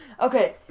Okay